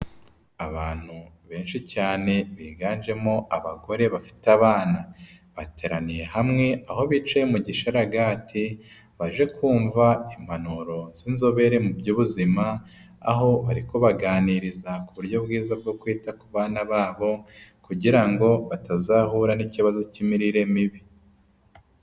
Abantu benshi cyane biganjemo abagore bafite abana, bateraniye hamwe aho bicaye mu gisharaga baje kumva impanuro z'inzobere mu by'ubuzima, aho bari kubaganiriza ku buryo bwiza bwo kwita ku bana babo kugira ngo batazahura n'ikibazo cy'imirire mibi.